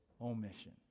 omission